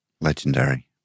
Legendary